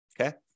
okay